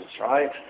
right